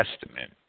Testament